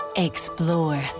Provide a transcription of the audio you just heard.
Explore